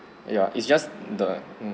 ya it's just the